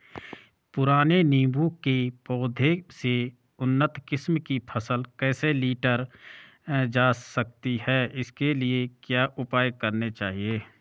पुराने नीबूं के पौधें से उन्नत किस्म की फसल कैसे लीटर जा सकती है इसके लिए क्या उपाय करने चाहिए?